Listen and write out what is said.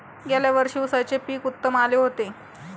गेल्या वर्षी उसाचे पीक उत्तम आले होते